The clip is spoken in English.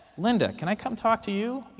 linda, can i come talk to you?